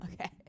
Okay